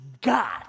God